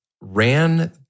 ran